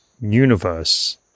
universe